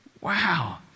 wow